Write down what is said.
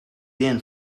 then